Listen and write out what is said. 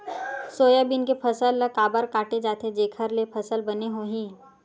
Soybean के फसल ल काबर काटे जाथे जेखर ले फसल बने होही?